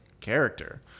character